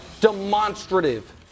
demonstrative